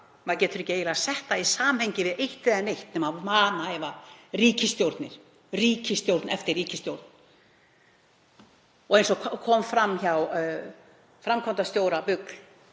maður getur eiginlega ekki sett þær í samhengi við eitt né neitt nema vanhæfar ríkisstjórnir, ríkisstjórn eftir ríkisstjórn. Eins og kom fram hjá framkvæmdastjóra BUGL,